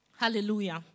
Hallelujah